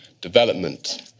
development